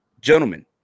Gentlemen